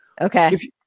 Okay